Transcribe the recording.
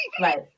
Right